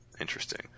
Interesting